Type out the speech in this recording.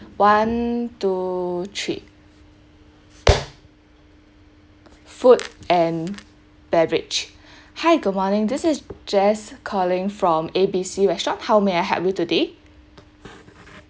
one two three food and beverage hi good morning this is jess calling from A B C restaurant how may I help you today